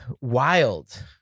wild